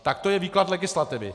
Takto je výklad legislativy.